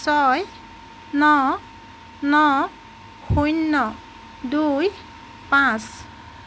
ছয় ন ন শূন্য দুই পাঁচ